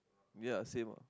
ya same ah